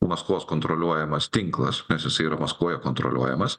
maskvos kontroliuojamas tinklas nes jisai yra maskvoje kontroliuojamas